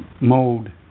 mode